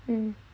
mm